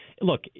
look